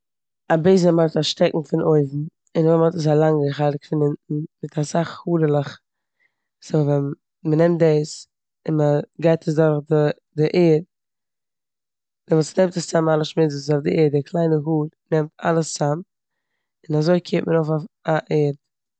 א בעזעם האט א שטעקן פון אויבן און נאכדעם האט עס א לאנגע חלק פון אונטן, מיט אסאך הארעלעך. סאו ווען מ'נעמט דאס און מ'גייט עס דורך די- די ערד דעמאלטס נעמט עס צאם אלע שמוץ וואס איז אויף די ערד, די קליינע האר נעמט אלעס צאם און אזוי קערט מען אויף א פ- א ערד.